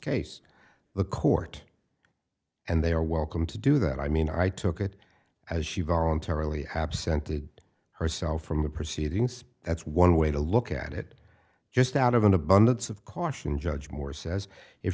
case the court and they are welcome to do that i mean i took it as she voluntarily absent it herself from the proceedings that's one way to look at it just out of an abundance of caution judge moore says if